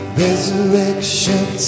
resurrection